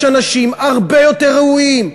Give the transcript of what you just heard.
יש אנשים הרבה יותר ראויים,